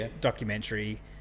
documentary